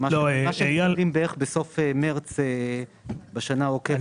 מה שמקבלים בערך בסוף מרס בשנה העוקבת.